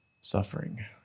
suffering